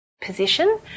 position